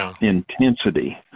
intensity